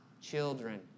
children